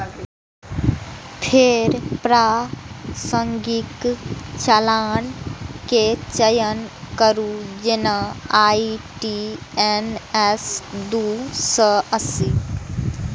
फेर प्रासंगिक चालान के चयन करू, जेना आई.टी.एन.एस दू सय अस्सी